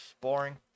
Boring